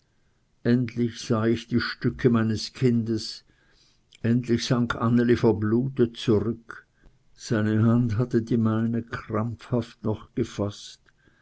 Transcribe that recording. endlich sah ich die stücke meines kindes endlich sank anneli verblutet zurück seine hand hatte die meine krampfhaft noch gefaßt